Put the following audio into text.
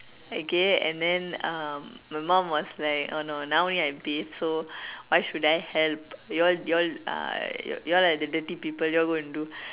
okay and then um my mom was like oh no now I bath so why should I help you all you all your are the dirty people you all go and do